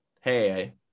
hey